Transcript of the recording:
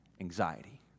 anxiety